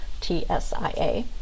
TSIA